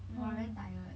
!wah! very tired